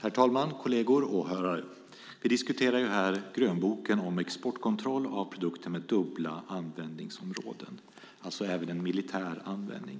Herr talman, kolleger och åhörare! Vi diskuterar grönboken om exportkontroll för produkter med dubbla användningsområden, alltså även en militär användning.